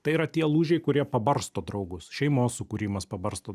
tai yra tie lūžiai kurie pabarsto draugus šeimos sukūrimas pabarsto